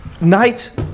Night